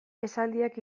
esaldiak